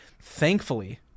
Thankfully